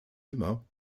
immer